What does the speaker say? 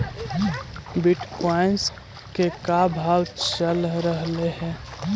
Bitcoin के का भाव चल रहलई हे?